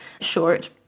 short